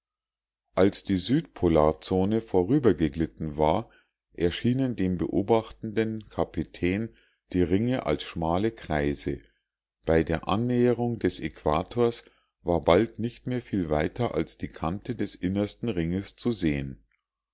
als die südpolarzone vorübergeglitten war erschienen dem beobachtenden kapitän die ringe als schmale kreise bei der annäherung des äquators war bald nicht mehr viel weiter als die kante des innersten ringes zu sehen